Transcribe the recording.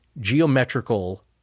geometrical